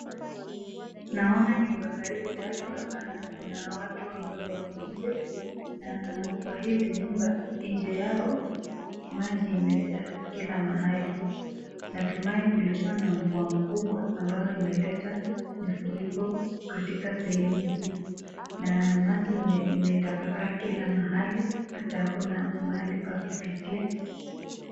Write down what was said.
Naona nyumba karibu tatu hapa na kuna watu ambao wako nje na kwa hizi nyumba nje yao maji imejaa kila mahali. Natumai kulikuwa na mvua mkubwa ambayo imeleta mfuriko katika sehemu huu. Na maji imetapakaa kila mahali hata hakuna mahali pa kupitia.